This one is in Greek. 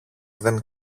δεν